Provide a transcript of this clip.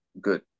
good